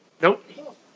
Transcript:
Nope